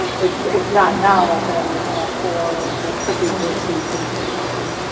if not now, then for what could be worsening contingencies?